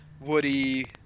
Woody